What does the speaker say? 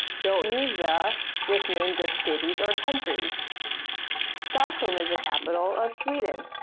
don't use the with names of cities or countries stockholm is the capital of sweden.